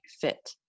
fit